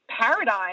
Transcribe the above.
paradigm